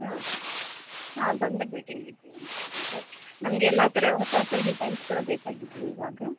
ಹಾಂ ಹಾಂ ಬಂದೇ ಭೇಟಿ ನೀಡ್ತೇವಂತೆ ನಿಮಗೆ ನಮ್ಗೆ ಎಲ್ಲಾತರ ಹೊಸ ಹೊಸ ಡಿಸೈನ್ಸ್ಗಳು ಬೇಕಾಗಿದ್ದವು ಇವಾಗ